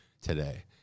today